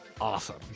awesome